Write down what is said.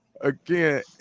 again